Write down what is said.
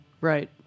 Right